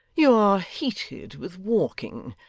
you are heated with walking.